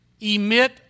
emit